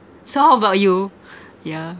so how about you yeah